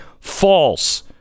false